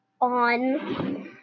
on